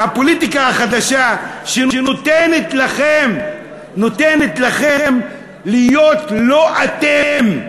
הפוליטיקה החדשה שנותנת לכם להיות לא אתם.